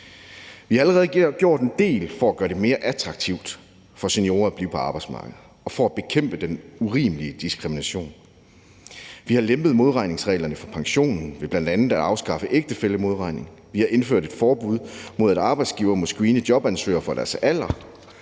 Vi har allerede gjort en del for at gøre det mere attraktivt for seniorer at blive på arbejdsmarkedet og for at bekæmpe den urimelige diskrimination. Vi har lempet modregningsreglerne for pensionen ved bl.a. at afskaffe ægtefællemodregning, vi har indført et forbud mod, at arbejdsgivere må screene jobansøgere for deres alder,